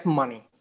money